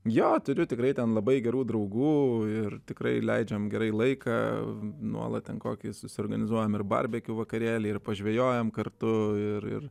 jo turiu tikrai ten labai gerų draugų ir tikrai leidžiam gerai laiką nuolat ten kokį susiorganizuojam ir barbekiu vakarėlį ir pažvejojam kartu ir ir